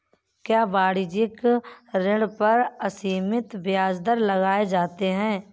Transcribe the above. क्या वाणिज्यिक ऋण पर असीमित ब्याज दर लगाए जाते हैं?